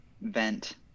vent